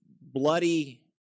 Bloody